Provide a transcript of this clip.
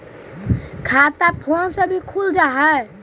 खाता फोन से भी खुल जाहै?